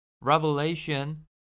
Revelation